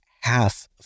half